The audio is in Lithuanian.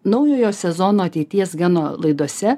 naujojo sezono ateities geno laidose